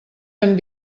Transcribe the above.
hem